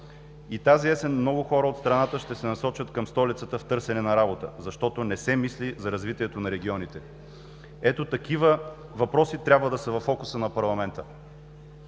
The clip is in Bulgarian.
И тази есен много хора от страната ще се насочат към столицата в търсене на работа, защото не се мисли за развитието на регионите. Ето такива въпроси трябва да са във фокуса на парламента.